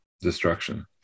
destruction